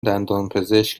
دندانپزشک